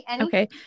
okay